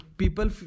people